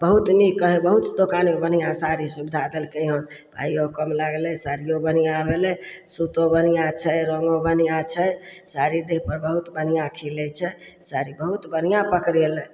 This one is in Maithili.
बहुत नीक कहय बहुत दोकानमे बढ़िआँ साड़ी सुविधा देलकै हन पाइयो कम लागलै साड़ियो बढ़िआँ भेलय सूतो बढ़िआँ छै रङ्गो बढ़िआँ छै साड़ी देहपर बहुत बढ़िआँ खिलय छै साड़ी बहुत बढ़िआँ पकड़य लै